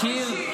לשיר,